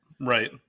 Right